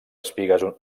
espigues